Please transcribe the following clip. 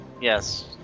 yes